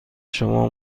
شما